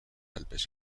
alpes